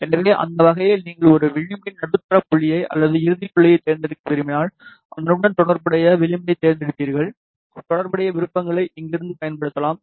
எனவே அந்த வகையில் நீங்கள் ஒரு விளிம்பின் நடுத்தர புள்ளியை அல்லது இறுதிப் புள்ளிகளைத் தேர்ந்தெடுக்க விரும்பினால் அதனுடன் தொடர்புடைய விளிம்பைத் தேர்ந்தெடுப்பீர்கள் தொடர்புடைய விருப்பங்களை இங்கிருந்து பயன்படுத்தலாம்